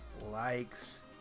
likes